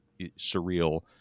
surreal